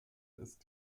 ist